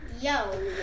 Yo